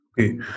Okay